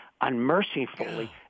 unmercifully